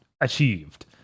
achieved